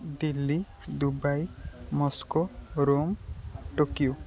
Delhi Dubai Moscow Rome Tokyo